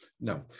No